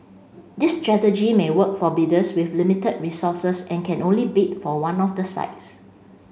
this strategy may work for bidders with limited resources and can only bid for one of the sites